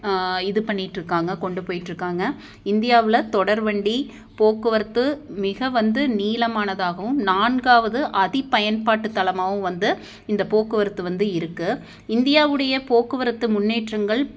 இது பண்ணிகிட்டு இருக்காங்க கொண்டு போயிட்டுருக்காங்க இந்தியாவில் தொடர்வண்டி போக்குவரத்து மிக வந்து நீளமானதாகவும் நான்காவது அதிக பயன்பாட்டு தலமாகவும் வந்து இந்த போக்குவரத்து வந்து இருக்குது இந்தியாவுடைய போக்குவரத்து முன்னேற்றங்கள்